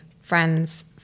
friends